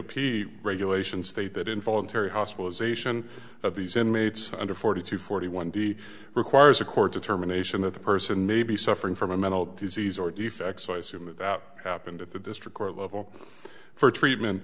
p regulations state that involuntary hospitalization of these inmates under forty two forty one d requires a court determination that the person may be suffering from a mental disease or defect so i assume that that happened at the district court level for treatment